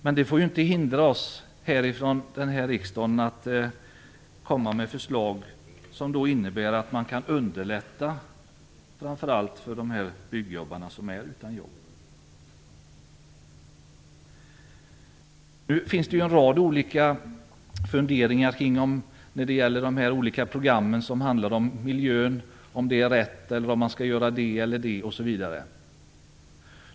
Men det får ju inte hindra oss i riksdagen att komma med förslag som innebär att man kan underlätta framför allt för de byggjobbare som är utan jobb. Det finns en rad olika funderingar kring de olika program som handlar om miljön, om vad som är rätt, om man skall göra det eller det osv.